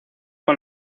con